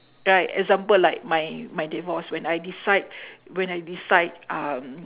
right example like my my divorce when I decide when I decide um